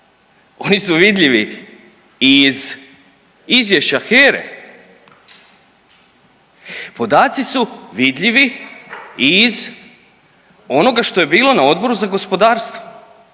oni su vidljivi iz izvješća HERA-e, podaci su vidljivi iz onoga što je bilo na Odboru za gospodarstvo.